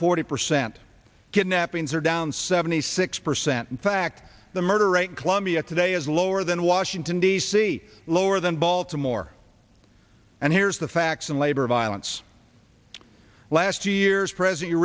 forty percent kidnappings are down seventy six percent in fact the murder rate in colombia today is lower than washington d c lower than baltimore and here's the facts and labor violence last year's present